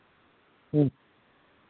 ᱦᱮᱸ